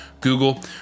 Google